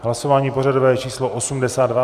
Hlasování pořadové číslo 82.